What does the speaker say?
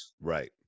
Right